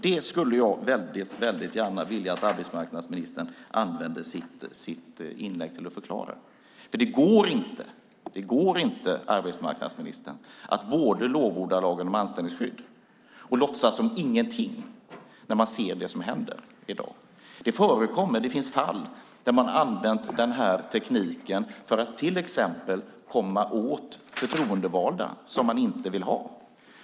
Det skulle jag väldigt gärna vilja att arbetsmarknadsministern använde sitt inlägg till att förklara. Det går inte, arbetsmarknadsministern, att både lovorda lagen om anställningsskydd och låtsas som ingenting när man ser det som händer i dag. Det finns fall där man använt den här tekniken för att till exempel komma åt förtroendevalda som man inte vill ha.